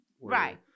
Right